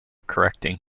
correcting